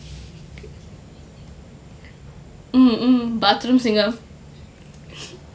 mm mm bathroom singer